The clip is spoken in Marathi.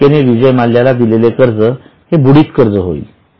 बँकेने विजय माल्याला दिलेले कर्ज हे बुडीत कर्ज होईल